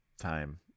time